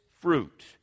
fruit